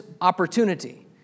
opportunity